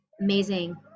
amazing